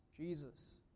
Jesus